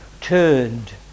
turned